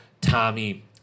Tommy